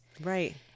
right